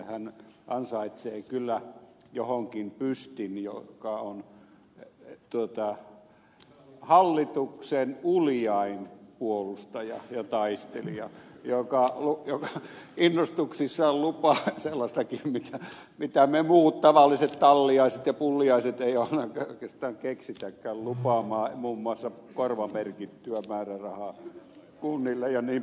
hän ansaitsee kyllä johonkin pystin kun hän on hallituksen uljain puolustaja ja taistelija joka innostuksissaan lupaa sellaistakin mitä me muut tavalliset talliaiset ja pulliaiset emme oikeastaan keksikään luvata muun muassa korvamerkittyä määrärahaa kunnille jnp